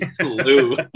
Lou